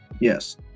Yes